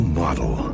model